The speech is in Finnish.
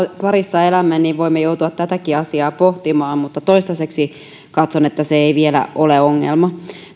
parissa elämme voimme joutua tätäkin asiaa pohtimaan mutta toistaiseksi katson että se ei vielä ole ongelma